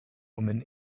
woman